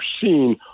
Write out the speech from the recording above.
seen